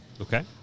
Okay